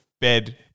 bed